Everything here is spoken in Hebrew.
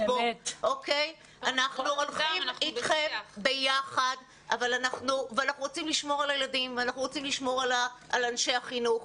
אנחנו הולכים אתכם ביחד ואנחנו רוצים לשמור על הילדים ועל אנשי החינוך,